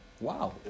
Wow